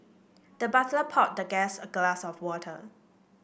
the butler poured the guest a glass of water